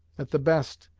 at the best,